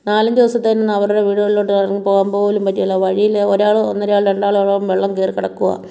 നാലഞ്ചുദിവസത്തേന് ഒന്നും അവരുടെ വീടുകളിലോട്ട് ഇറങ്ങി പോകാൻ പോലും പറ്റുകേല വഴിയിൽ ഒരാൾ ഒന്നരാൾ രണ്ടാളോളം വെള്ളം കയറി കിടക്കുവാണ്